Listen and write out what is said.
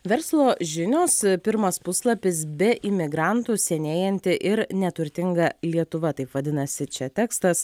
verslo žinios pirmas puslapis be imigrantų senėjanti ir neturtinga lietuva taip vadinasi čia tekstas